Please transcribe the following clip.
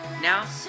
Now